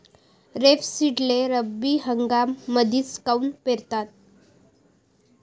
रेपसीडले रब्बी हंगामामंदीच काऊन पेरतात?